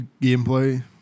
gameplay